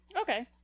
Okay